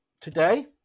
today